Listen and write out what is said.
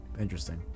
Interesting